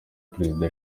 perezida